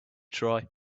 try